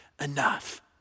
enough